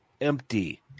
empty